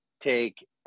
take